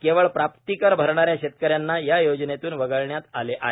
केवळ प्राप्तीकर भरणाऱ्या शेतकऱ्यांना या योजनेतून वगळण्यात आले आहे